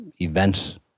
events